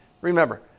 Remember